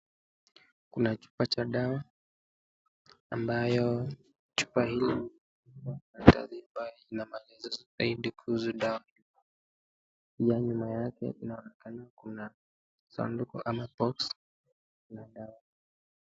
Kuna chupa cha dawa ambayo chupa hili mbali mbali ina maelezo zaidi kuhusu dawa pia nyuma yake inaokena kuna sanduku ama boksi ya dawa.